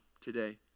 today